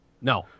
No